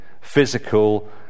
physical